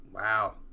Wow